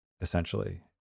essentially